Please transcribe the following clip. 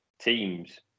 teams